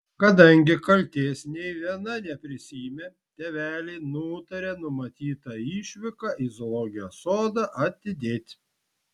kadangi kaltės nė viena neprisiėmė tėveliai nutarė numatytą išvyką į zoologijos sodą atidėti